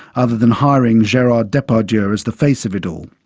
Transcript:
other than hiring gerard depardieu as the face of it all.